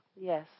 Yes